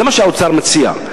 זה מה שהאוצר מציע.